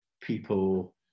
people